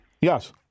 Yes